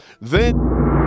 then-